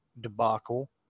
debacle